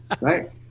Right